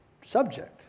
subject